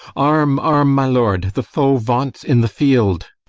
arm, arm, my lord the foe vaunts in the field.